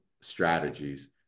strategies